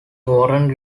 warren